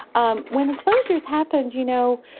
um when the closures happened, you know,